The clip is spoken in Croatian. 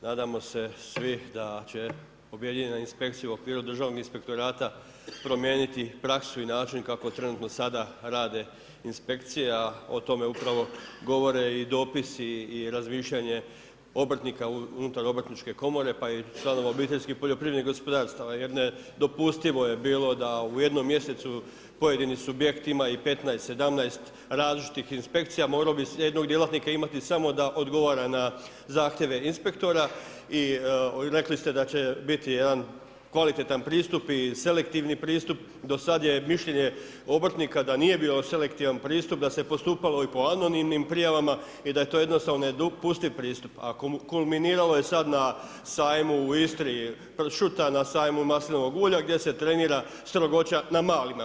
Nadamo se svi da će objedinjene inspekcije u okviru Državnog inspektorata promijeniti praksu i način kako trenutno sada rade inspekcije a o tome upravo govore i dopisi i razmišljanje obrtnika unutar obrtničke komore pa i članova OPG-a jer nedopustivo je bilo da u jednom mjesecu pojedino subjekti imaju i 15 i 17 različitih inspekcija, morao bi jednog djelatnika imati samo da odgovara na zahtjeve inspektora i rekli ste da će biti jedan kvalitetan pristup i selektivni pristup, do sad je mišljenje obrtnika da nije bio selektivan pristup, da se postupalo i po anonimnim prijavama i da je to jednostavno nedopustiv pristup a kulminiralo je sad na sajmu u Istri pršuta, na sajmu maslinovog ulja gdje se trenira strogoća na malima.